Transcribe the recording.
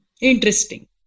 interesting